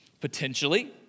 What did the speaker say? Potentially